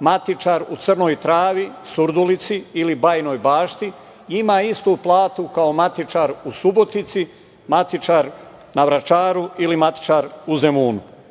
matičar u Crnoj Travi, Surdulici ili Bajinoj Bašti ima istu platu kao matičar u Subotici, matičar na Vračaru ili matičar u Zemunu. Po